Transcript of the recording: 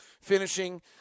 finishing